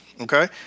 okay